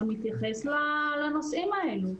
שמתייחס לנושאים האלו.